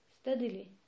Steadily